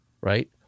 right